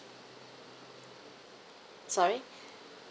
sorry